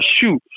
shoot